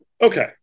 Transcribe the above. Okay